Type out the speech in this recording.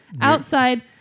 Outside